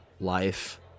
life